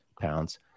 pounds